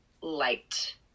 liked